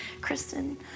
Kristen